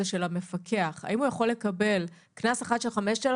של המפקח האם הוא יכול לקבל קנס אחד של 5,000,